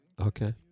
okay